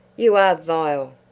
you are vile,